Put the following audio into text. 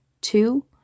Two